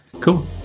Cool